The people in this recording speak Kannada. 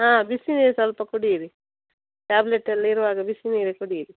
ಹಾಂ ಬಿಸಿನೀರು ಸ್ವಲ್ಪ ಕುಡೀರಿ ಟ್ಯಾಬ್ಲೆಟಲ್ಲ ಇರುವಾಗ ಬಿಸಿನೀರು ಕುಡೀರಿ